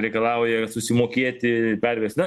reikalauja susimokėti pervest na